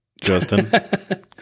Justin